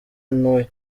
ntuye